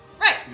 Right